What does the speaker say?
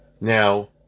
Now